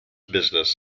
business